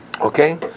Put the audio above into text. okay